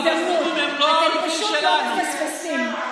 הפלסטינים, הם לא האויבים שלנו.